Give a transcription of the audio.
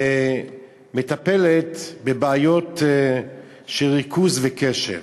והיא מטפלת בבעיות של ריכוז וקשב,